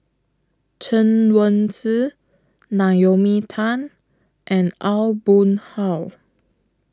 Chen Wen Hsi Naomi Tan and Aw Boon Haw